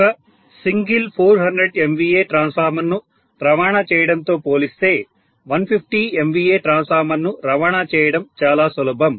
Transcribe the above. ఒక single 400 MVA ట్రాన్స్ఫార్మర్ను రవాణా చేయడంతో పోలిస్తే 150 MVA ట్రాన్స్ఫార్మర్ను రవాణా చేయడం చాలా సులభం